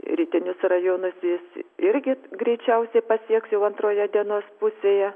rytinius rajonus jis irgi greičiausiai pasieks jau antroje dienos pusėje